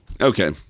Okay